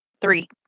Three